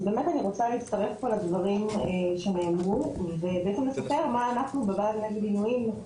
אני רוצה להצטרף לדברים שנאמרו ולספר מה אנחנו בוועד נגד עינויים,